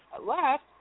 left